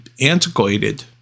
antiquated